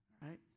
right